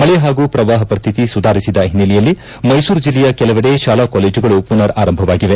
ಮಳೆ ಹಾಗೂ ಪ್ರವಾಹ ಪರಿಸ್ತಿತಿ ಸುಧಾರಿಸಿದ ಹಿನ್ನೆಲೆಯಲ್ಲಿ ಮೈಸೂರು ಜಿಲ್ಲೆಯ ಕೆಲವೆಡೆ ಶಾಲಾ ಕಾಲೇಜುಗಳು ಪುನರ್ ಆರಂಭವಾಗಿವೆ